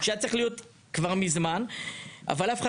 שהיה צריך להיות כבר מזמן אבל אף אחד